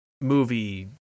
movie